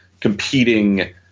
competing